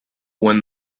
when